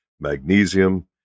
magnesium